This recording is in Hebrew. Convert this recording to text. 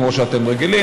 כמו שאתם רגילים.